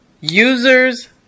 users